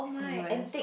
U S